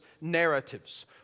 narratives